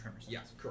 Yes